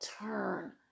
turn